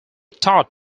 taught